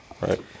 Right